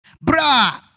Bra